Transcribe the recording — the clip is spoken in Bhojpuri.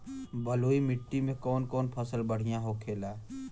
बलुई मिट्टी में कौन कौन फसल बढ़ियां होखेला?